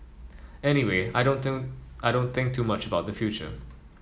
anyway I don't think I don't think too much about the future